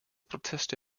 proteste